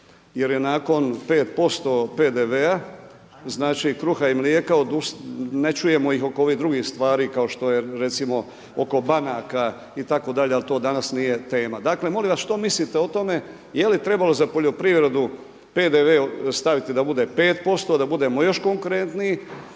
jer je nakon 5% PDV-a znači kruha i mlijeka, ne čujemo ih oko ovih drugih stvari kao što je recimo oko banaka itd. ali to danas nije tema. Dakle molim vas što mislite o tome, jeli trebalo za poljoprivredu PDV staviti da bude 5% da budemo još konkurentniji